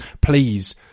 Please